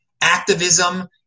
activism